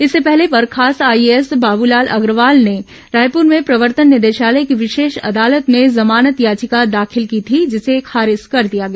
इससे पहले बर्खास्त आईएएस बाबूलाल अग्रवाल ने रायपुर्र में प्रवर्तन निदेशालय की विशेष अदालत में जमानत याचिका दाखिल की थी जिसे खारिज कर दिया गया